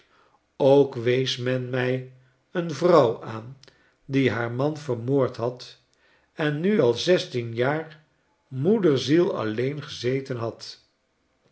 ook wees men mij een vrouwaan die haar man vermoord had en nu al zestien jaar moederziel alleen gezeten had